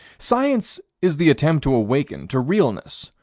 science is the attempt to awaken to realness,